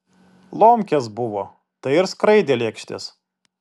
lomkės buvo tai ir skraidė lėkštės